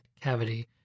cavity